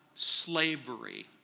Slavery